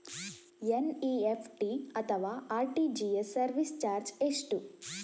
NEFT ಅಥವಾ RTGS service charge ಎಷ್ಟು?